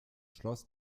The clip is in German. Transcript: schloss